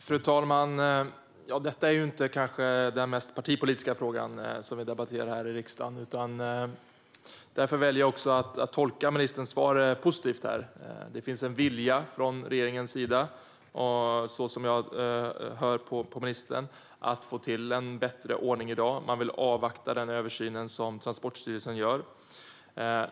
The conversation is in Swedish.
Fru talman! Detta är kanske inte den mest partipolitiska fråga vi debatterar här i riksdagen. Därför väljer jag att tolka ministerns svar positivt. Det finns en vilja från regeringens sida, att döma av det jag hör från ministern, att få till en bättre ordning än i dag. Man vill avvakta den översyn som Transportstyrelsen gör.